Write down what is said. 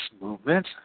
movement